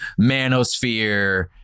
manosphere